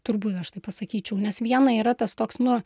turbūt aš taip pasakyčiau nes viena yra tas toks nu